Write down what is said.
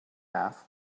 asked